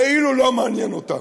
זה כאילו לא מעניין אותה,